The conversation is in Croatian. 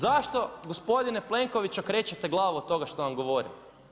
Zašto gospodine Plenkoviću okrećete glavu od toga što vam govorim?